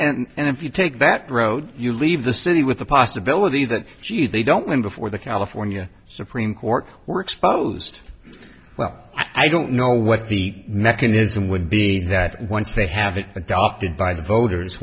if you take that road you leave the city with the possibility that she they don't mean before the california supreme court were exposed well i don't know what the mechanism would be that once they have it adopted by the voters